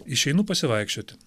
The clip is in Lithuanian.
išeinu pasivaikščioti